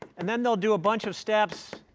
and then they'll do a bunch of steps.